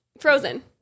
Frozen